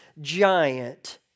giant